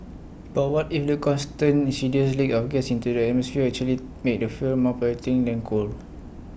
but what if the constant insidious leaks of gas into the atmosphere actually make the fuel more polluting than coal